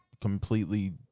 completely